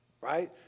right